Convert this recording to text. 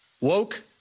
woke